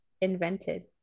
invented